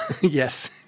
Yes